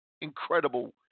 incredible